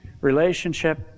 relationship